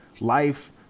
Life